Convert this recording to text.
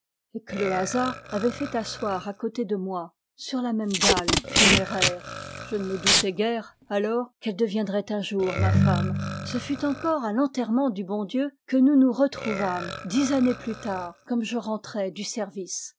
et que le hasard avait fait asseoir à côté de moi sur la même dalle funéraire je ne me doutais guère alors qu'elle deviendrait un jour ma femme ce fut encore à l du